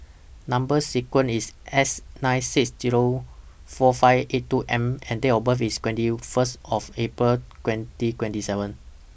Number sequence IS S nine six Zero four five eight two M and Date of birth IS twenty First of April twenty twenty seven